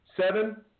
Seven